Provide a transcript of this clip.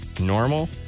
Normal